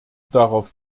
darauf